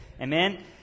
Amen